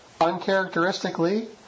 uncharacteristically